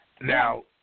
Now